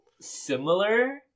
similar